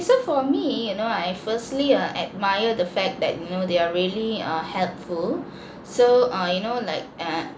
so for me you know I firstly err admire the fact that you know they are really err helpful so err you know like err